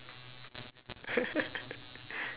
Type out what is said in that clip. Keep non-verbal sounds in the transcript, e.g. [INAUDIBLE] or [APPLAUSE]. [LAUGHS]